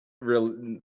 real